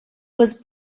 was